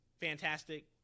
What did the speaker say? fantastic